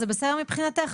זה בסדר מבחינתך?